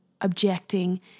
objecting